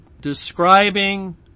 describing